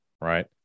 right